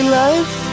life